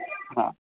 ಹಾಂ